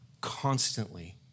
constantly